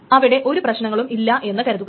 അവിടെ ഒരു പ്രശ്നങ്ങളും ഇല്ലാ എന്നും കരുതുക